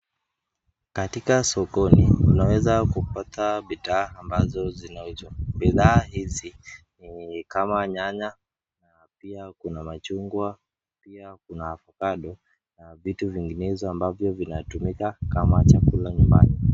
Katika sokoni tunaweza kupata bidhaa ambazo zinauzwa. Bidhaa hizi ni kama nyanya na pia kuna machungwa na pia kuna avokado na vitu vinginezo ambavyo vinatumika kama chakula nyumbani.